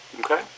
Okay